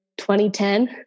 2010